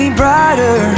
brighter